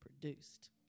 produced